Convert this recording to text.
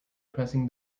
pressing